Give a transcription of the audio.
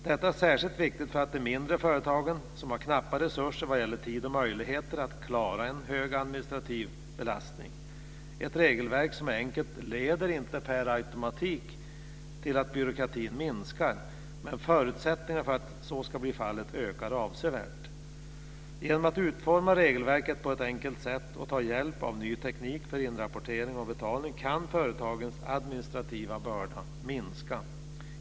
Detta är särskilt viktigt för de mindre företagen som har knappa resurser vad gäller tid och möjligheter att klara en hög administrativ belastning. Ett regelverk som är enkelt leder inte automatiskt till att byråkratin minskar, men förutsättningen för att så ska bli fallet ökar avsevärt. Genom att utforma regelverket på ett enkelt sätt och ta hjälp av ny teknik för inrapportering och betalning kan företagens administrativa börda minska.